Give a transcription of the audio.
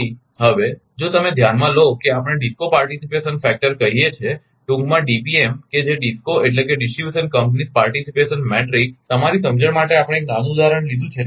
તેથી હવે જો તમે ધ્યાનમાં લો કે આપણે ડિસ્કો પાર્ટિસીપેશન મેટ્રિક્સ કહીએ છીએ ટૂકમાં ડીપીએમ કે જે ડિસ્કો એટલે કે ડિસ્ટ્રિબ્યુશન કંપનીસ પાર્ટિસીપેશન મેટ્રિક્સ તમારી સમજણ માટે આપણે એક નાનું ઉદાહરણ લીધું છે